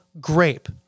grape